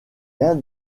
l’un